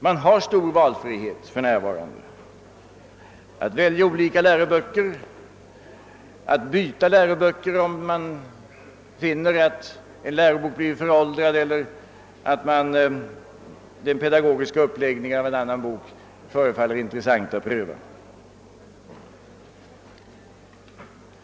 Man har stor valfrihet för närvarande att välja olika läroböcker och att byta läroböcker, om man finner att en lärobok blivit föråldrad eller att den pedagogiska uppläggningen av en annan bok förefaller intressant att pröva.